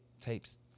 Tapes